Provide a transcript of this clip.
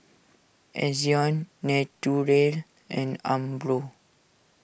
Ezion Naturel and Umbro